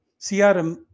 CRM